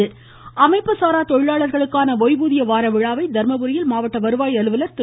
இருவரி அமைப்புசாரா தொழிலாளர்களுக்கான ஓய்வூதிய வார விழாவை தர்மபுரியில் மாவட்ட வருவாய் அலுவல் திரு